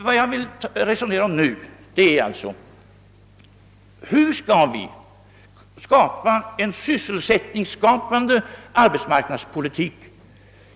Vad jag vill resonera om nu är hur vi skall åstadkomma en sysselsättningsskapande arbetsmarknadspolitik.